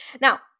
Now